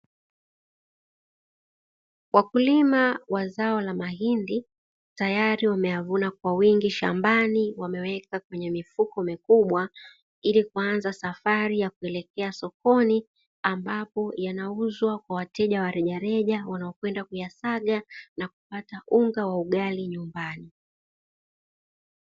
Wakulima wa zao la mahindi tayari wameyavuna kwa wingi shambani wameweka kwenye mifuko mikubwa ili kuanza safari ya kuelekea sokoni ambapo yanauzwa kwa wateja wa rejareja, ambapo wanakwenda kuyasaga na kupata unga wa ugali nyumbani.